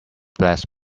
bless